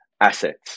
assets